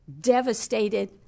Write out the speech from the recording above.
devastated